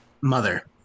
mother